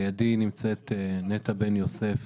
לידי נטע בן יוסף